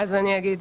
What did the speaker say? אני אגיד.